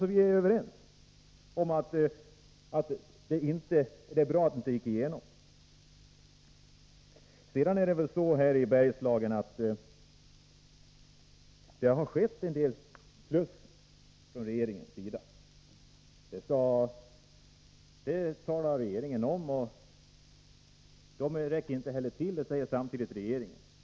Sedan vill jag säga att det när det gäller regeringens insatser i Bergslagen har skett en del på plussidan. Samtidigt som man från regeringens sida pekar på dessa åtgärder säger man att de naturligtvis inte är tillräckliga.